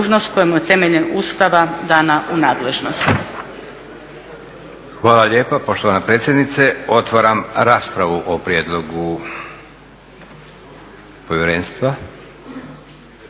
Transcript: Hvala lijepa poštovana predsjednice. Otvaram raspravu o prijedlogu povjerenstva.